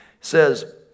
says